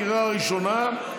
בקריאה ראשונה.